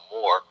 more